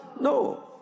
No